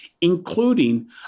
including